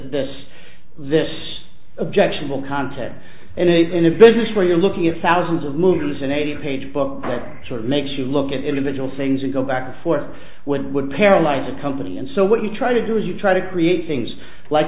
this this objectionable content and it in a business where you're looking at thousands of movies an eight page book that sort of makes you look at individual things and go back and forth would would paralyze a company and so what you try to do is you try to create things like